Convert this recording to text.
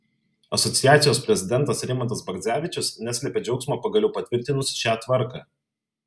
asociacijos prezidentas rimantas bagdzevičius neslėpė džiaugsmo pagaliau patvirtinus šią tvarką